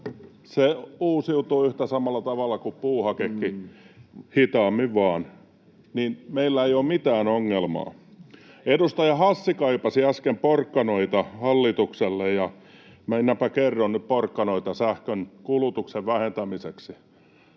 se uusiutuu samalla tavalla kuin puuhakekin, hitaammin vaan — niin meillä ei ole mitään ongelmaa. Edustaja Hassi kaipasi äsken porkkanoita hallitukselle, ja minäpä kerron nyt porkkanoita sähkönkulutuksen vähentämiseksi.